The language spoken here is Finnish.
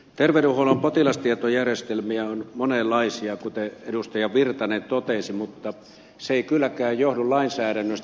terveydenhuollon potilastietojärjestelmiä on monenlaisia kuten edustaja virtanen totesi mutta se ei kylläkään johdu lainsäädännöstä